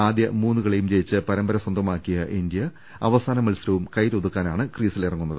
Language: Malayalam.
ആദ്യ മൂന്ന് കളിയും ജയിച്ച് പര മ്പര സ്വന്തമാക്കിയ ഇന്ത്യ തുടർ മത്സരങ്ങളും ക്കെയിലൊതുക്കാ നാണ് ക്രീസിലിറങ്ങുന്നത്